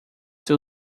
ser